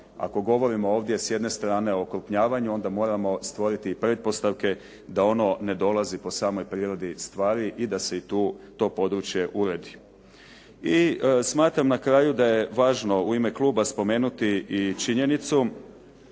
ako govorimo ovdje s jedne strane o okrupnjavanju onda moramo stvoriti pretpostavke da ono ne dolazi po samoj prirodi stvari i da se i tu to područje uredi. I smatram na kraju da je važno u ime kluba spomenuti i činjenicu